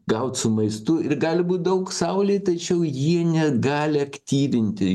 gaut su maistu ir gali būt daug saulėj tačiau jie negali aktyvinti